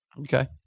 Okay